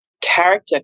character